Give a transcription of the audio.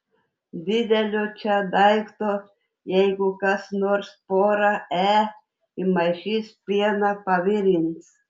didelio čia daikto jeigu kas nors porą e įmaišys pieną pavirins